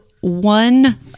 one